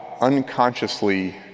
unconsciously